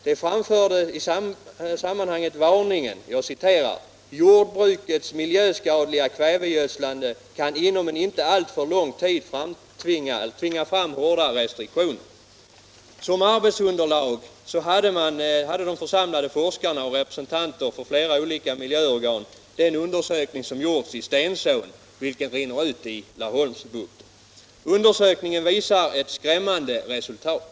Man framförde i sammanhanget varningen: ”Jordbrukets miljöskadliga kvävegödslande kan inom en inte alltför lång tid tvinga fram hårda restriktioner.” Som arbetsunderlag hade de församlade forskarna och representanterna för flera olika miljöorgan den undersökning som gjorts i Stensån, vilken rinner ut i Laholmsbukten. Undersökningen visar ett skrämmande resultat.